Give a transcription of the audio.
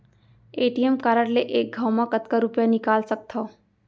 ATM card ले एक घव म कतका रुपिया निकाल सकथव?